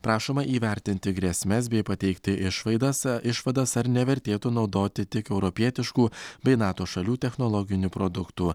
prašoma įvertinti grėsmes bei pateikti išvaidas išvadas ar nevertėtų naudoti tik europietiškų bei nato šalių technologinių produktų